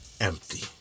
empty